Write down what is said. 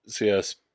yes